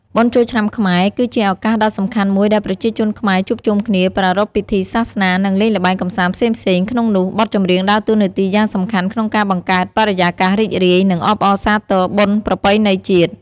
បុណ្យចូលឆ្នាំខ្មែរ គឺជាឱកាសដ៏សំខាន់មួយដែលប្រជាជនខ្មែរជួបជុំគ្នា ប្រារព្ធពិធីសាសនា និងលេងល្បែងកម្សាន្តផ្សេងៗ ក្នុងនោះ បទចម្រៀងដើរតួនាទីយ៉ាងសំខាន់ក្នុងការបង្កើតបរិយាកាសរីករាយ និងអបអរសាទរបុណ្យប្រពៃណីជាតិ។